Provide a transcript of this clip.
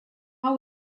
hau